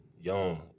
young